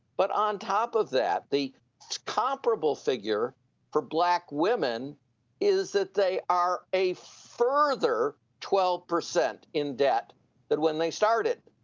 but on top of that, the comparable figure for black women is that they are a further twelve percent in debt than when they started